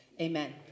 Amen